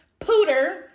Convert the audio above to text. Pooter